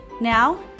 Now